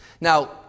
Now